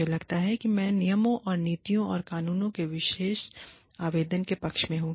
मुझे लगता है कि मैं नियमों और नीतियों और क़ानूनों के विशेष आवेदन के पक्ष में हूं